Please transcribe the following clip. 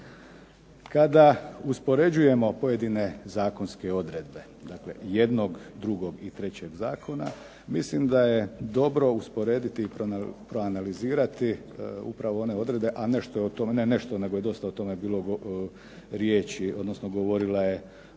Kada uspoređujemo pojedine zakonske odredbe, dakle jednog, drugog i trećeg zakona, mislim da je dobro usporediti i proanalizirati upravo one odredbe, a nešto je o tome, ne nešto, nego je dosta o tome bilo riječi, odnosno govorila je